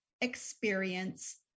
experience